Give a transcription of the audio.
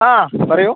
ആ പറയൂ